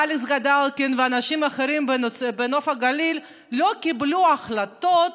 אלכס גדלקין ואנשים אחרים בנוף הגליל לא קיבלו החלטות